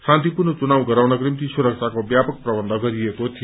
शान्ति चुनाव गराउनको निम्ति सुरक्षाको व्यापक प्रबन्ध गरिएको थियो